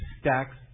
stacks